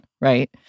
right